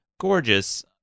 gorgeous